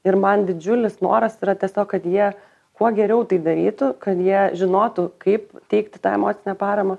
ir man didžiulis noras yra tiesiog kad jie kuo geriau tai darytų kad jie žinotų kaip teikti tą emocinę paramą